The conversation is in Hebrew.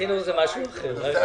החינוך זה משהו אחר.